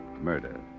murder